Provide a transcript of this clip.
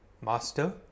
Master